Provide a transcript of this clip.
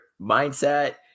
mindset